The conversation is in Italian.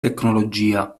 tecnologia